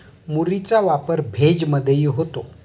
मुरीचा वापर भेज मधेही होतो